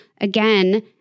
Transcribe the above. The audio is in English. Again